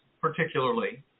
particularly